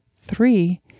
Three